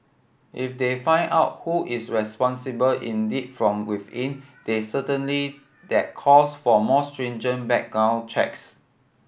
if they find out who is responsible indeed from within then certainly that calls for more stringent background checks